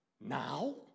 now